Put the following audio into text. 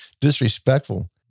disrespectful